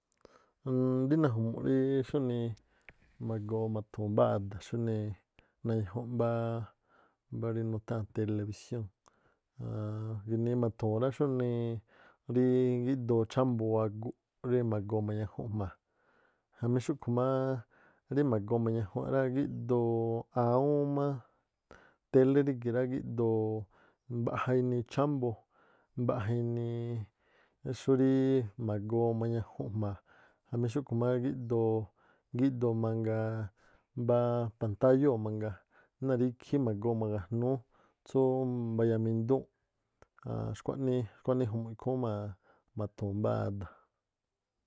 Mmmm- rí na̱ju̱mu̱ꞌ xúnii ma̱goo ma̱thu̱u̱n mbáá ada̱ xúnii nañajunꞌ mbáá mbá rí nutháa̱n telebisión. Gi̱nii ma̱thu̱u̱n rá xúnii gíꞌdoo chámboo aguꞌ rí ma̱goo rí ma̱goo mañajun jma̱a. Jamí xúꞌkhu̱ má rí ma̱goo mañajun rá gíꞌdoo awúún má télé rigi̱ rá giꞌdoo mbaꞌja inii chámboo, mbaꞌja inii xurí ma̱goo mañajunꞌ jma̱a jamí xúꞌkhu̱ má gíꞌdoo- gídoo- mangaa mbá pantayóo̱ mangaa náa̱ rí ikhí magoo ma̱gajnúú tsú mbayamindúu̱nꞌ. Aaan xkua̱ꞌnii ju̱mu̱ꞌ ikhúún ma̱thu̱u̱n mbáá ada̱.